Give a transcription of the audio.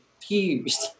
confused